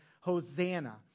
Hosanna